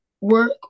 work